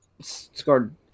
Scored